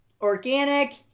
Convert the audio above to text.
organic